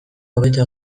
hobeto